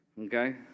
okay